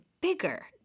bigger